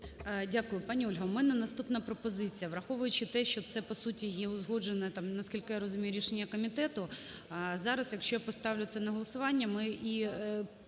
Дякую. Пані Ольга, в мене наступна пропозиція. Враховуючи те, що це по суті є узгоджене, наскільки я розумію, рішення комітету, зараз якщо я поставлю це на голосування, ми і